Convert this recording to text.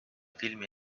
filmi